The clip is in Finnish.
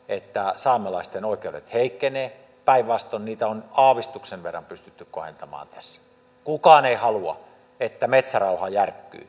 että saamelaisten oikeudet heikkenevät päinvastoin niitä on aavistuksen verran pystytty kohentamaan tässä kukaan ei halua että metsärauha järkkyy